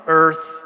earth